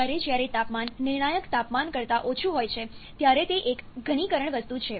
જ્યારે જ્યારે તાપમાન નિર્ણાયક તાપમાન કરતા ઓછું હોય છે ત્યારે તે એક ઘનીકરણ વસ્તુ છે